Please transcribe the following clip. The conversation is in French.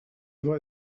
vrai